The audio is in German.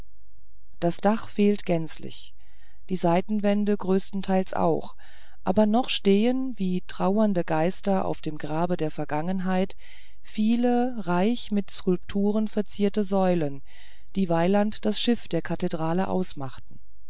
das dach fehlt gänzlich die seitenwände größtenteils auch aber noch stehen wie trauernde geister auf dem grabe der vergangenheit viele reich mit skulptur gezierte säulen die weiland das schiff der kirche ausmachten